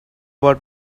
what